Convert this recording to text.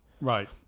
Right